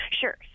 Sure